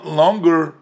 longer